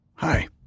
Hi